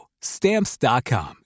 Stamps.com